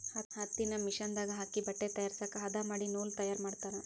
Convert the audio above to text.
ಹತ್ತಿನ ಮಿಷನ್ ದಾಗ ಹಾಕಿ ಬಟ್ಟೆ ತಯಾರಸಾಕ ಹದಾ ಮಾಡಿ ನೂಲ ತಯಾರ ಮಾಡ್ತಾರ